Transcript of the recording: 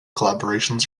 collaborations